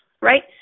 right